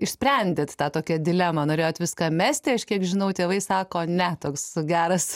išsprendėt tą tokią dilemą norėjot viską mesti aš kiek žinau tėvai sako ne toks geras